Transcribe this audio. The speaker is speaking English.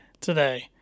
today